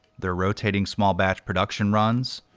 their rotating small batch production runs,